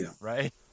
right